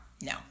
No